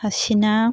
ꯍꯥꯁꯤꯅꯥ